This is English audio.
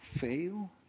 Fail